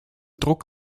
druck